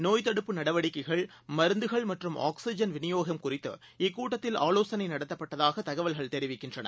நோய்த்தடுப்பு நடவடிக்கைகள் மருந்துகள் மற்றும் ஆக்சிஜன் விளியோகம் குறித்து இக்கூட்டத்தில் ஆலோசனைநடத்தப்பட்டதாகதகவல்கள் தெரிவிக்கின்றன